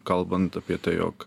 kalbant apie tai jog